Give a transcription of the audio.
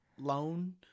loan